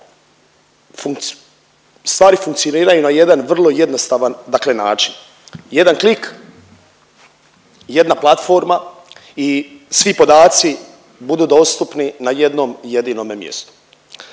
stvari funkcioniraju na jedan vrlo jednostavan dakle način. Jedan klik, jedna platforma i svi podaci budu dostupni na jednom jedinome mjestu.